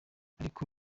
ariko